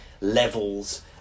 levels